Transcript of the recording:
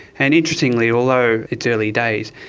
and interestingly, although it's early days,